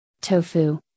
Tofu